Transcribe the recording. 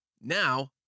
Now